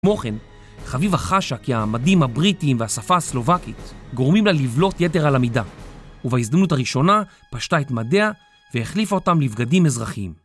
כמו כן, חביבה חשה כי המדים הבריטיים והשפה הסלובקית גורמים לה לבלוט יתר על המידה ובהזדמנות הראשונה פשטה את מדיה והחליפה אותם לבגדים אזרחיים